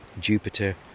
Jupiter